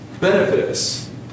benefits